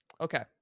Okay